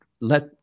let